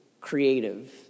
Creative